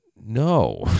No